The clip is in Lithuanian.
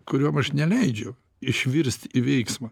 kurioms aš neleidžiu išvirst į veiksmą